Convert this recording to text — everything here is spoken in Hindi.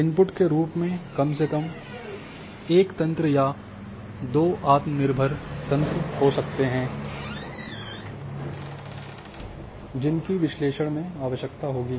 इनपुट के रूप में कम से कम एक तंत्र या दो आत्मनिर्भर तंत्र हो सकते हैं जिनकी विश्लेषण में आवश्यकता होगी